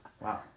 Wow